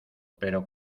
pero